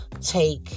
take